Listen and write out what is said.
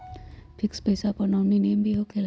Fix पईसा पर nominee name भी होकेला?